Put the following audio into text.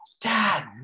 dad